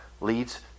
leads